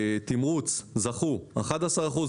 תמרוץ זכו 11 אחוזים.